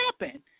happen